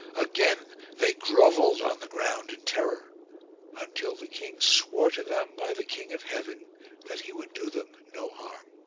again they grovelled on the ground in terror until the king swore to them by the king of heaven that he would do them no harm.